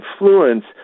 influence